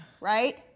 right